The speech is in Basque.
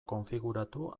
konfiguratu